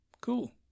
Cool